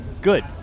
good